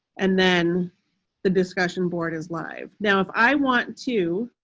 and then the discussion board is live. now, if i want to